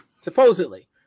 Supposedly